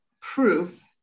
proof